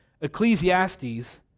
Ecclesiastes